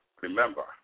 remember